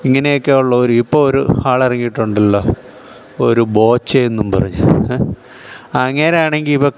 ഇങ്ങനെയൊക്കെയുള്ള ഒരു ഇപ്പം ഒരു ആൾ ഇറങ്ങിയിട്ടുണ്ടല്ലോ ഒരു ബോച്ചേ എന്നും പറഞ്ഞത് അങ്ങേരാണെങ്കിൽ ഇപ്പം